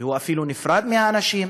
והוא אפילו נפרד מהאנשים.